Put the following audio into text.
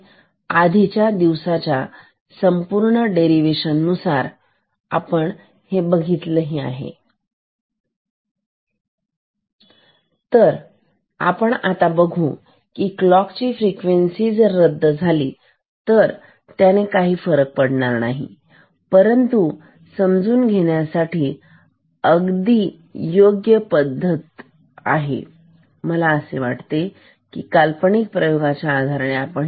आणि आधीच्या दिवसाच्या संपूर्ण देरिवेशन मध्ये आपण ते पाहिले आहे तर आपण आता बघू क्लॉक ची फ्रिक्वेन्सी जर रद्द झाली तर त्याने काही फरक पडत नाही परंतु समजून घेण्यासाठी अगदी योग्य पद्धत आहे मला असे वाटते या काल्पनिक प्रयोगाच्या आधाराने